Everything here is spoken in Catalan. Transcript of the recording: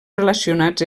relacionats